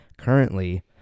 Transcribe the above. Currently